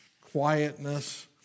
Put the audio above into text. quietness